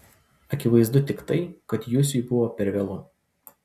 akivaizdu tik tai kad jusiui buvo per vėlu